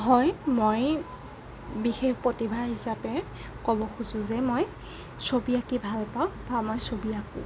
হয় মই বিশেষ প্ৰতিভা হিচাপে ক'ব খোজোঁ যে মই ছবি আকি ভাল পাওঁ বা মই ছবি আকোঁ